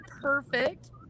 perfect